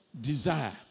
desire